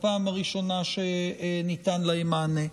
הפעם הראשונה שבה ניתן להם מענה.